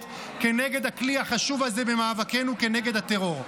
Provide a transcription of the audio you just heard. כנגד הכלי החשוב הזה במאבקנו כנגד הטרור.